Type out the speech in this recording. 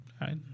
right